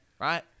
Right